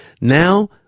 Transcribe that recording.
now